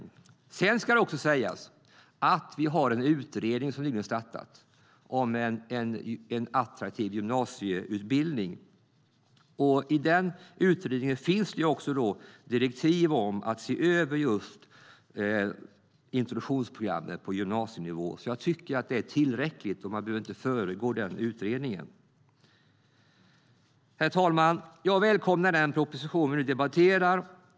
Herr talman! Jag välkomnar den proposition vi nu debatterar.